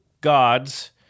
gods